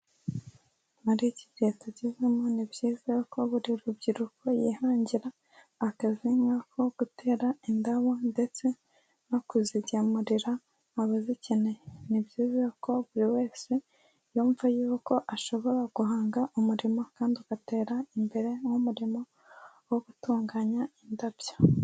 Muri iki gihe tugezemo ni byiza ko buri rubyiruko yihangira akazi nk'ako gutera indabo ndetse no kuzigemurira abazikeneye. Ni byiza ko buri wese yumva yuko ashobora guhanga umurimo kandi ugatera imbere, nk'umurimo wo gutunganya indabyo.